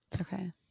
Okay